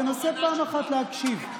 תנסה פעם אחת להקשיב.